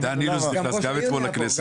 דן אילוז נכנס גם אתמול לכנסת.